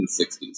1960s